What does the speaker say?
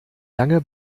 lange